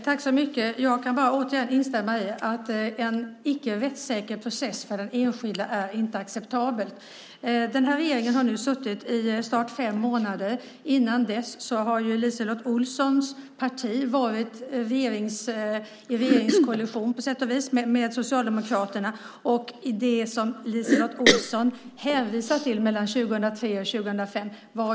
Herr talman! Jag kan bara återigen instämma i att en icke rättssäker process för den enskilde inte är acceptabelt. Den här regeringen har suttit i snart fem månader. Innan dess var LiseLotte Olssons parti på sätt och vis i regeringskoalition med Socialdemokraterna. LiseLotte Olsson hänvisar till perioden 2003-2005.